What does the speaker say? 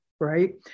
right